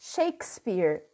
Shakespeare